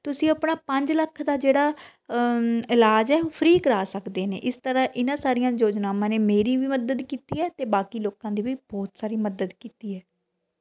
ਤੁਸੀਂ ਆਪਣਾ ਪੰਜ ਲੱਖ ਦਾ ਜਿਹੜਾ ਇਲਾਜ ਹੈ ਉਹ ਫ੍ਰੀ ਕਰਾ ਸਕਦੇ ਨੇ ਇਸ ਤਰ੍ਹਾਂ ਇਹਨਾਂ ਸਾਰੀਆਂ ਯੋਜਨਾਵਾਂ ਨੇ ਮੇਰੀ ਵੀ ਮਦਦ ਕੀਤੀ ਹੈ ਅਤੇ ਬਾਕੀ ਲੋਕਾਂ ਦੀ ਵੀ ਬਹੁਤ ਸਾਰੀ ਮਦਦ ਕੀਤੀ ਹੈ